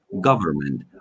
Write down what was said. government